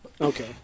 Okay